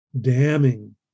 damning